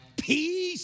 peace